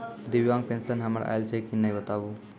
दिव्यांग पेंशन हमर आयल छै कि नैय बताबू?